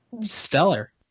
stellar